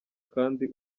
kandi